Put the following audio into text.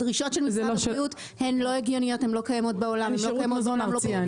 הדרישות של משרד הבריאות לא הגיוניות ולא קיימות באף מקום בעולם.